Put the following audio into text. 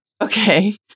Okay